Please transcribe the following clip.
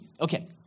Okay